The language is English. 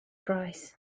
price